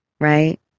right